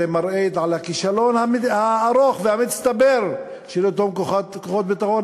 זה מראה על הכישלון הארוך והמצטבר של אותם כוחות ביטחון